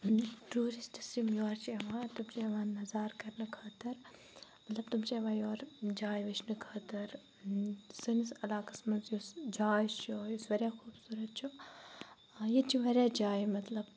tourists یِم یور چھِ یِوان تِم چھِ یِوان نَظار کَرنہٕ خٲطر مَطلَب تِم چھِ یِوان یور جاے وٕچھنہِ خٲطر سٲنِس عَلاقَس مَنٛز یُس جاے چھِ واریاہ خوٗبصورَت چھُ ییٚتہِ چھُ واریاہ جایہِ مَطلَب